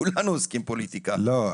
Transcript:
כולנו עוסקים פוליטיקה --- לא,